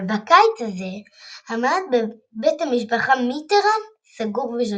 אבל בקיץ הזה עמד בית משפחת מיטראן סגור ושקט.